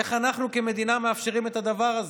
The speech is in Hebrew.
איך אנחנו כמדינה מאפשרים את הדבר הזה?